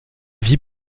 vie